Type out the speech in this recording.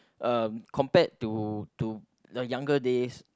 uh compared to to the younger days